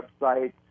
website